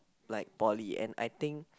like poly and I think